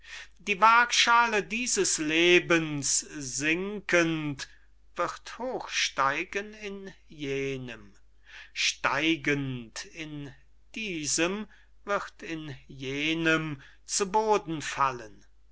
die waagschale dieses lebens sinkend wird hochsteigen in jenem steigend in diesem wird in jenem zu boden fallen